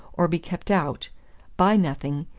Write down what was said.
or be kept out by nothing,